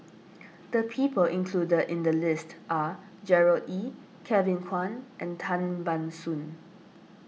the people included in the list are Gerard Ee Kevin Kwan and Tan Ban Soon